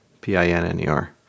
P-I-N-N-E-R